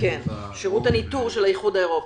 שירות הניטור של האיחוד האירופי.